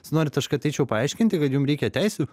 jūs norit aš kad eičiau paaiškinti kad jum reikia teisių